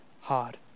hard